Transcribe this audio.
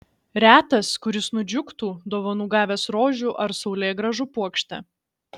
retas kuris nudžiugtų dovanų gavęs rožių ar saulėgrąžų puokštę